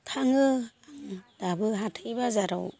थाङो आङो दाबो हाथाइ बाजाराव